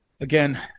Again